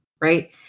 right